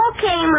Okay